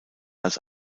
als